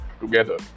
together